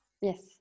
yes